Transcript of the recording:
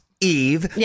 Eve